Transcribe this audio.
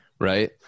right